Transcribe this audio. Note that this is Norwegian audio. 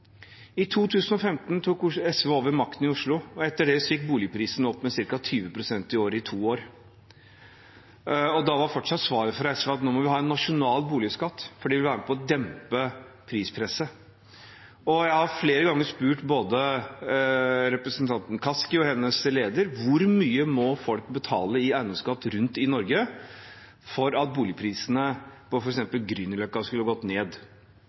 I 2015 tok SV over makten i Oslo, og etter det gikk boligprisene opp med ca. 20 pst. i året i to år. Da var fortsatt svaret fra SV at vi må ha en nasjonal boligskatt fordi det vil være med på å dempe prispresset. Jeg har flere ganger spurt både representanten Kaski og hennes leder: Hvor mye måtte folk ha betalt i eiendomsskatt rundt i Norge for at boligprisene på f.eks. Grünerløkka, der mange av SVs egne velgere bor, skulle gått ned?